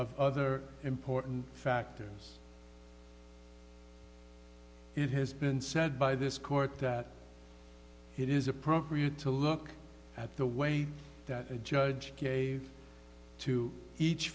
of other important factors it has been said by this court that it is appropriate to look at the way that a judge gave to each